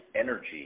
energy